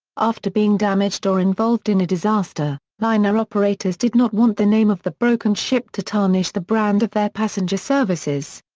after being damaged or involved in a disaster, liner operators did not want the name of the broken ship to tarnish the brand of their passenger services.